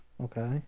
okay